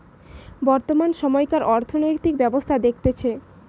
বর্তমান সময়কার অর্থনৈতিক ব্যবস্থা দেখতেছে